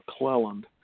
McClelland